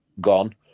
gone